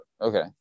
Okay